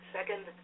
Second